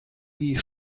die